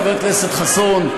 חבר הכנסת חסון,